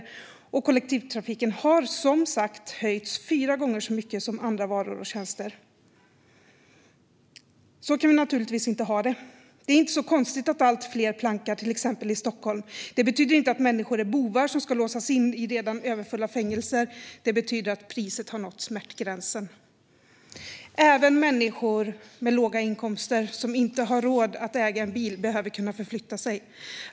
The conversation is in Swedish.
Priserna för kollektivtrafiken har som sagt höjts fyra gånger så mycket som dem för andra varor och tjänster. Så kan vi naturligtvis inte ha det. Det är inte så konstigt att allt fler plankar, till exempel i Stockholm. Det betyder inte att människor är bovar som ska låsas in i redan överfulla fängelser; det betyder att priset har nått smärtgränsen. Även människor med låga inkomster som inte har råd att äga en bil behöver kunna förflytta sig.